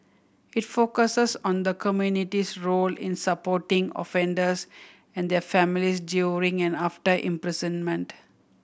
it focuses on the community's role in supporting offenders and their families during and after imprisonment